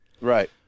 Right